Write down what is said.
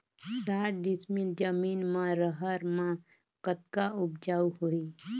साठ डिसमिल जमीन म रहर म कतका उपजाऊ होही?